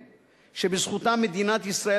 גברתי.